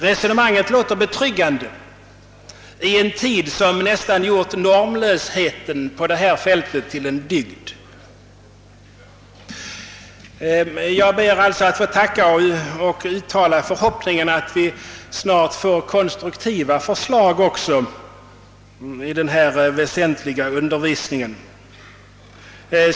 Resonemanget låter betryggande i en tid som nästan gjort normlösheten på detta fält till en dygd. Jag ber att få tacka och uttalar förhoppningen att vi snart också får konstruktiva förslag rörande denna väsent liga undervisning.